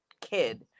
kid